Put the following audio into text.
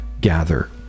gather